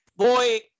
Boy